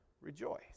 Rejoice